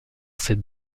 ses